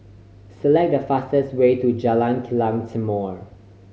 select the fastest way to Jalan Kilang Timor